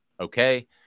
Okay